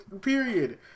Period